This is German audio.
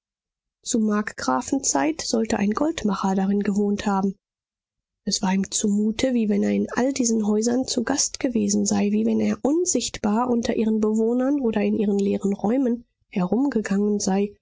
hatte zur markgrafenzeit sollte ein goldmacher darin gewohnt haben es war ihm zumute wie wenn er in all diesen häusern zu gast gewesen sei wie wenn er unsichtbar unter ihren bewohnern oder in ihren leeren räumen herumgegangen sei